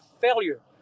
failure